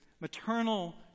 maternal